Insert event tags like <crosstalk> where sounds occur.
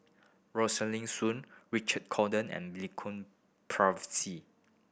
Rosaline Soon Richard Cordon and <unintelligible>